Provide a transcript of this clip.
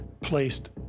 placed